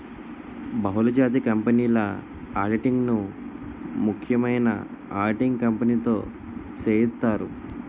బహుళజాతి కంపెనీల ఆడిటింగ్ ను ప్రముఖమైన ఆడిటింగ్ కంపెనీతో సేయిత్తారు